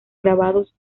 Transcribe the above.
grabados